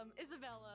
isabella